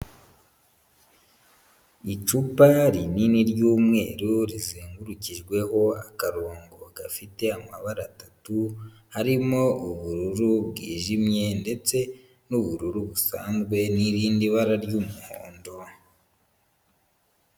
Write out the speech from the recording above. Icupa rinini ry'umweru, rizengurukijweho akarongo gafite amabara atatu, harimo ubururu bwijimye ndetse n'ubururu busanzwe n'irindi bara ry'umuhondo.